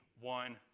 one